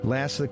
Last